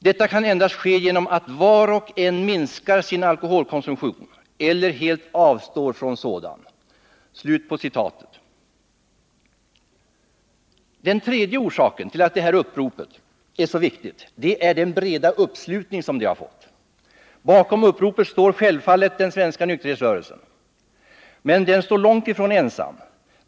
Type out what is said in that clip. Detta kan endast ske genom att var och en minskar sin alkoholkonsumtion eller helt avstår från sådan.” Den tredje orsaken till att detta upprop är så viktigt är den breda uppslutning som det har fått. Bakom uppropet står självfallet den svenska nykterhetsrörelsen. Men den står långt ifrån ensam.